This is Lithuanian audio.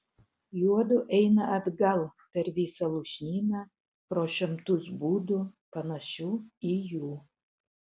juodu eina atgal per visą lūšnyną pro šimtus būdų panašių į jų